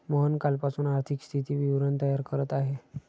मोहन कालपासून आर्थिक स्थिती विवरण तयार करत आहे